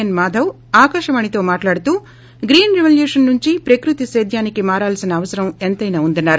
yes Madhav ఆకాశవాణితో మాట్లాడుతూ green revolution నుంచి ప్రకృతి సేద్వానికి మారాల్సిన అవసరం ఏంతైనా వుందని అన్నారు